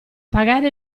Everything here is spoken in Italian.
pagare